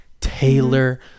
taylor